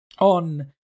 on